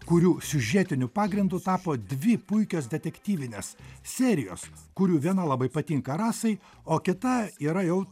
kurių siužetiniu pagrindu tapo dvi puikios detektyvinės serijos kurių viena labai patinka rasai o kita yra jau